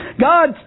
God